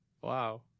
Wow